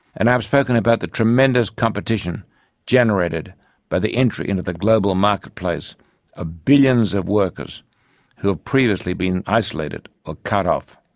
and i've spoken about the tremendous competition generated by the entry into the global and marketplace of ah billions of workers who have previously been isolated or cut off.